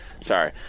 Sorry